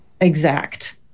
exact